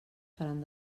faran